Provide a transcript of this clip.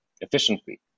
efficiently